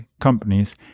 companies